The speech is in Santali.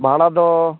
ᱵᱷᱟᱲᱟ ᱫᱚ